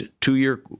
two-year